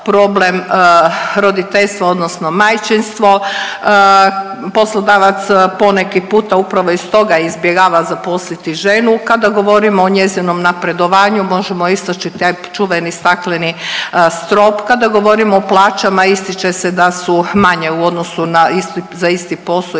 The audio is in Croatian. problem roditeljstva odnosno majčinstvo, poslodavac po neki puta upravo iz toga izbjegava zaposliti ženu, kada govorimo o njezinom napredovanju možemo istaći taj čuveni stakleni strop, kada govorimo o plaćama ističe se da su manje u odnosu na isti, za